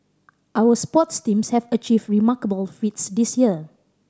our sports teams have achieve remarkable feats this year